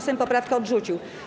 Sejm poprawkę odrzucił.